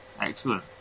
Excellent